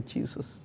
Jesus